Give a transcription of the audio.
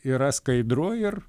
yra skaidru ir